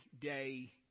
day